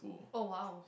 oh !wow!